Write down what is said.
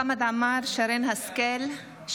המלצת הוועדה המשותפת של